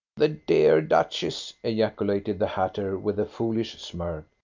the dear duchess, ejaculated the hatter, with a foolish smirk.